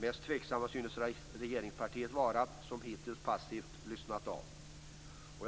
Mest tveksamt synes regeringspartiet vara som hittills bara lyssnat passivt.